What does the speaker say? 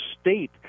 state